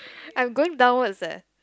I'm going downwards leh